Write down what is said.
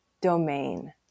domain